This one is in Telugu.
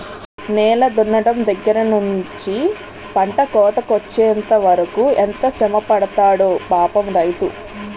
నేల దున్నడం దగ్గర నుంచి పంట కోతకొచ్చెంత వరకు ఎంత శ్రమపడతాడో పాపం రైతు